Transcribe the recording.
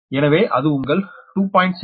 எனவே அது உங்கள் 2